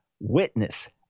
witness